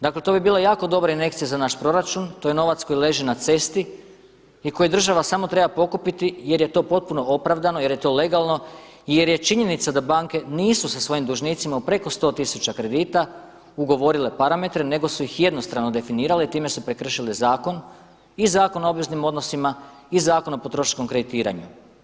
Dakle to bi bila jako dobra injekcija za naš proračun, to je novac koji leži na cesti i koji država samo treba pokupiti jer je to potpuno opravdano, jer je to legalno i jer je činjenica da banke nisu sa svojim dužnicima u preko 100 tisuća kredita ugovorile parametre, nego su ih jednostrano definirale i time su prekršile zakon, i Zakon o obveznim odnosima, i Zakon o potrošačkom kreditiranju.